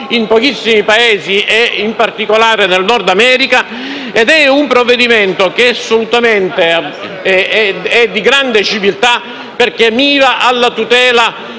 in pochissimi Paesi e in particolare nel Nord America. È un provvedimento di grande civiltà perché mira alla tutela